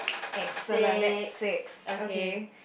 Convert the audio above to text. excellent that's six okay